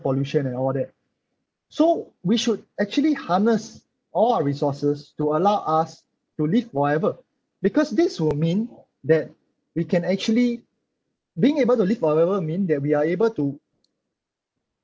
pollution and all that so we should actually harness all our resources to allow us to live forever because this will mean that we can actually being able to live forever mean that we are able to